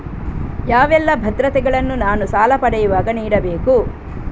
ಯಾವೆಲ್ಲ ಭದ್ರತೆಗಳನ್ನು ನಾನು ಸಾಲ ಪಡೆಯುವಾಗ ನೀಡಬೇಕು?